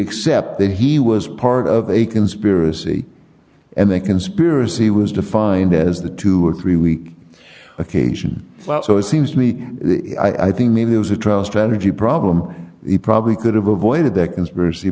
accept that he was part of a conspiracy and the conspiracy was defined as the two or three week occasion so it seems to me i think maybe it was a trial strategy problem he probably could have avoided the conspiracy